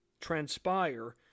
transpire